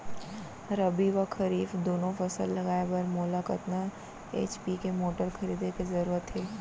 रबि व खरीफ दुनो फसल लगाए बर मोला कतना एच.पी के मोटर खरीदे के जरूरत हे?